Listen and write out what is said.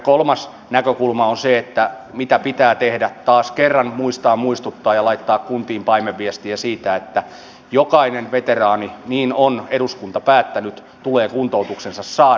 kolmas näkökulma on se että mitä pitää tehdä taas kerran muistaa muistuttaa ja laittaa kuntiin paimenviestiä siitä on että jokainen veteraani niin on eduskunta päättänyt tulee kuntoutuksensa saada